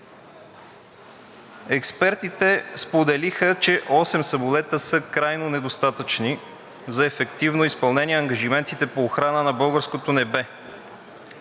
Експертите споделиха, че осем самолета са крайно недостатъчни за ефективно изпълнение на ангажиментите по охрана на българското небе.